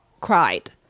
cried